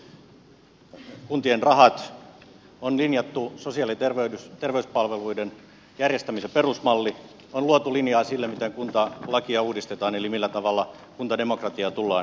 on linjattu perustehtävät kuntien rahat on linjattu sosiaali ja terveyspalveluiden järjestämisen perusmalli on luotu linjaa sille miten kuntalakia uudistetaan eli millä tavalla kuntademokratiaa tullaan kehittämään